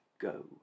go